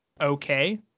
okay